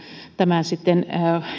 tämän